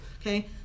okay